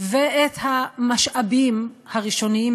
ואת המשאבים הראשוניים,